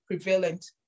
prevalent